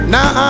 Now